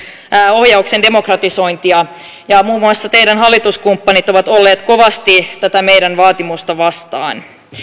ohjauksen demokratisointia ja muun muassa teidän hallituskumppaninne ovat olleet kovasti tätä meidän vaatimustamme vastaan